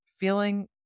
feeling